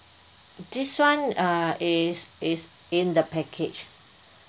this one uh is is in the package